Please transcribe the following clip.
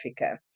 Africa